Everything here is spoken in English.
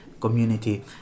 community